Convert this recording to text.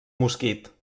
mosquit